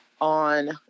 on